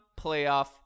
playoff